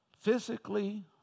Physically